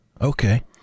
Okay